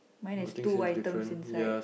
mine has two items inside